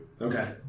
okay